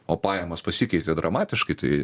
o pajamos pasikeitė dramatiškai tai